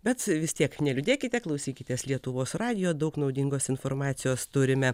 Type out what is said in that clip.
bet vis tiek neliūdėkite klausykitės lietuvos radijo daug naudingos informacijos turime